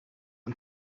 een